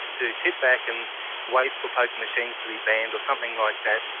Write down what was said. to sit back and wait for poker machines to be banned or something like that,